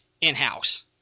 in-house